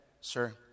sir